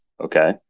Okay